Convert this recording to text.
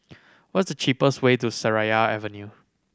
what is the cheapest way to Seraya Avenue